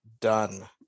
done